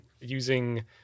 Using